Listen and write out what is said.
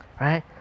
Right